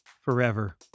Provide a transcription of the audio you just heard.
forever